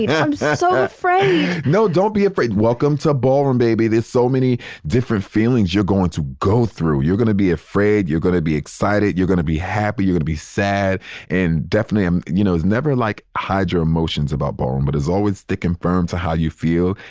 yeah i'm so so afraid no, don't be afraid. welcome to ballroom, baby. there's so many different feelings you're going to go through. you're gonna be afraid. you're gonna be excited. you're gonna be happy. you gonna be sad and definitely, you know, never like hide your emotions about ballroom. it is always to confirm to how you feel.